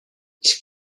ich